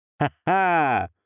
Ha-ha